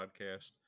podcast